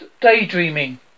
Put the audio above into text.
Daydreaming